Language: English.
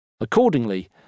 Accordingly